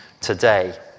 today